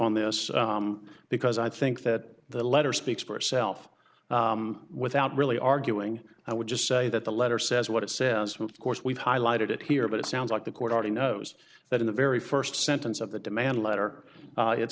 on this because i think that the letter speaks for itself without really arguing i would just say that the letter says what it says with course we've highlighted it here but it sounds like the court already knows that in the very first sentence of the demand letter